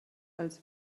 als